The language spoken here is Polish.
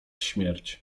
śmierć